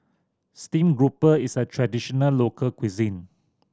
steamed grouper is a traditional local cuisine